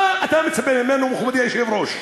מה אתה מצפה ממנו, מכובדי היושב-ראש?